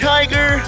Tiger